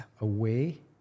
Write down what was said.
away